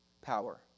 power